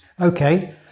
Okay